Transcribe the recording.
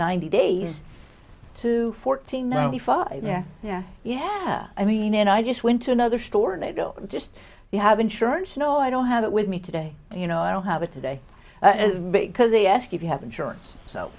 ninety days to fourteen ninety five yeah yeah yeah i mean i just went to another store and they go just you have insurance no i don't have it with me today you know i don't have it today because they ask if you have insurance so